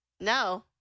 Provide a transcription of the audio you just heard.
No